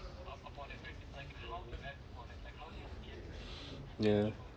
ya